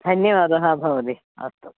धन्यवादः भवती अस्तु